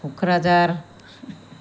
Kokrajhar